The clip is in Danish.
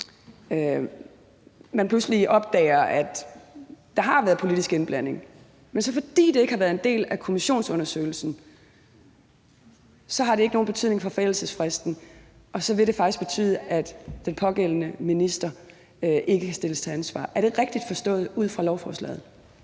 man pludselig opdager, at der har været politisk indblanding, så har det, fordi det ikke har været en del af kommissionsundersøgelsen, ikke nogen betydning for forældelsesfristen. Og så vil det faktisk betyde, at den pågældende minister ikke kan stilles til ansvar. Er det rigtigt forstået ud fra lovforslaget?